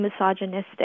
misogynistic